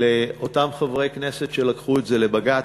לאותם חברי כנסת שלקחו את זה לבג"ץ.